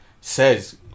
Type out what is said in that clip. says